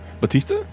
Batista